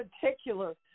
particular